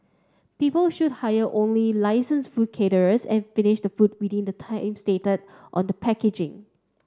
people should hire only licensed food caterers and finish the food within the time stated on the packaging